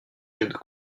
jacques